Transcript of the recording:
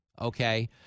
okay